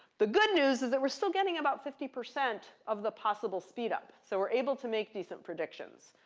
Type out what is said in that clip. the good news is that we're still getting about fifty percent of the possible speed-up. so we're able to make decent predictions.